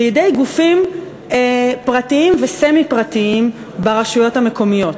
לידי גופים פרטיים וסמי-פרטיים ברשויות המקומיות.